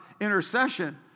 intercession